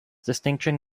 distinction